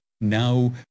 now